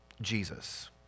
Jesus